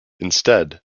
instead